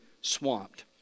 swamped